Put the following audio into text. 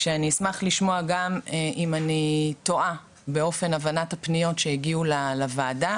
אני אשמח לשמוע אם אני טועה באופן הבנת הפניות שהגיעו לוועדה,